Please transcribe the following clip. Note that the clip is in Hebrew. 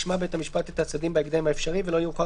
ישמע בית המשפט את הצדדים בהקדם האפשרי ולא יאוחר